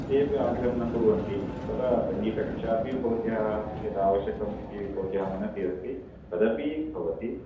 तेपि आग्रहं न कुर्वन्ति तदा सङ्गीतकक्षा अपि भवत्याः यदावश्यकम् इति भवत्याः मनसि अस्ति तदपि भवति